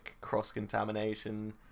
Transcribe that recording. cross-contamination